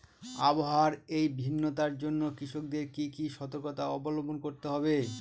আবহাওয়ার এই ভিন্নতার জন্য কৃষকদের কি কি সর্তকতা অবলম্বন করতে হবে?